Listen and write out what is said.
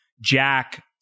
Jack